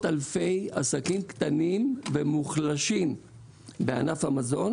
אלפי עסקים קטנים ומוחלשים בענף המזון